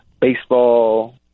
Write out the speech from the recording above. baseball